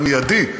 המיידי,